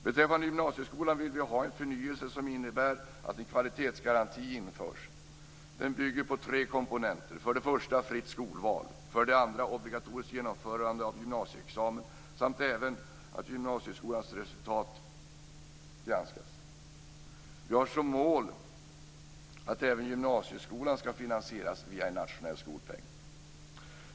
Beträffande gymnasieskolan vill vi ha en förnyelse som innebär att en kvalitetsgaranti införs. Den bygger på tre komponenter. För det första är det fritt skolval. För det andra är det obligatoriskt genomförande av gymnasieskolan. För det tredje är det att även gymnasieskolans resultat granskas. Vi har som mål att även gymnasieskolan ska finansieras via en nationell skolpeng.